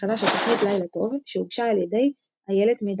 מחדש התוכנית "לילה טוב" שהוגשה על ידי אילת מידן.